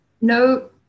no